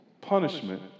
punishment